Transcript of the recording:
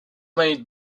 made